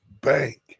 bank